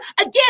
again